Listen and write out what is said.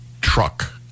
truck